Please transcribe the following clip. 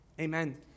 Amen